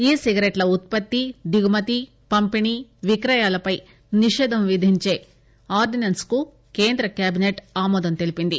ఈ సిగరెట్ల ఉత్పత్తి దిగుమతి పంపిణీ విక్రయాలపై నిషేధం విధించే ఆర్గినెస్స్ కు కేంద్ర కేబినెట్ ఆమోదం తెలిపింది